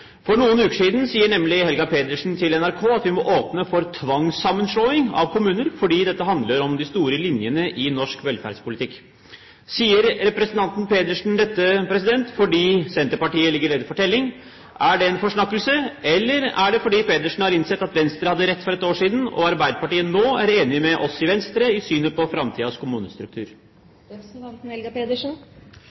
For noen uker siden sa nemlig Helga Pedersen til NRK at vi må åpne for tvangssammenslåing av kommuner, fordi dette handler om de store linjene i norsk velferdspolitikk. Sa representanten Pedersen dette fordi Senterpartiet ligger nede for telling? Er det en forsnakkelse? Eller er det fordi Pedersen har innsett at Venstre hadde rett for et år siden, og at Arbeiderpartiet nå er enig med oss i Venstre i synet på